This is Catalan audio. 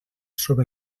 sobre